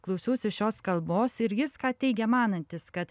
klausiausi šios kalbos ir jis ką teigė manantis kad